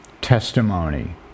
testimony